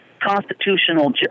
constitutional